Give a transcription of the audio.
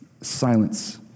silence